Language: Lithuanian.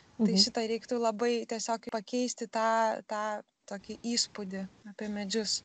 tai šitą reiktų labai tiesiog pakeisti tą tą tokį įspūdį apie medžius